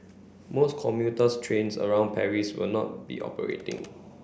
most commuters trains around Paris will not be operating